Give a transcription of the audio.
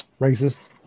Racist